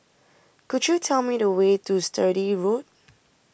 could you tell me the way to Sturdee Road